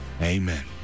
amen